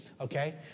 Okay